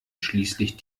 schließlich